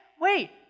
wait